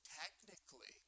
technically